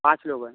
पाँच लोग हैं